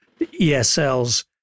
ESL's